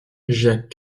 jacques